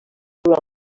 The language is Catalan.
durant